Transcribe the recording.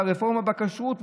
את הרפורמה בכשרות,